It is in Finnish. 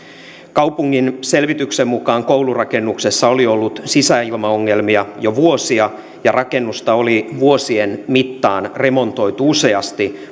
kaupungin selvityksen mukaan koulurakennuksessa oli ollut sisäilmaongelmia jo vuosia ja rakennusta oli vuosien mittaan remontoitu useasti